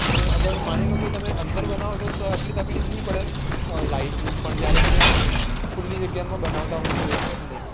અને અગર માની લો કે તમે અંદર બનાવો છો તો આટલી તકલીફ નહીં પડે લાઈટની પણ જ્યારે તમે ખુલ્લી જગ્યામાં બનાવતા હોય કોઈ વસ્તુને